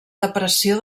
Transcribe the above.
depressió